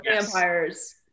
vampires